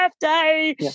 birthday